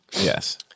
Yes